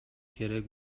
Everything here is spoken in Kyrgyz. керек